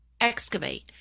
excavate